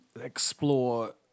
explore